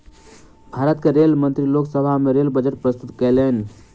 भारत के रेल मंत्री लोक सभा में रेल बजट प्रस्तुत कयलैन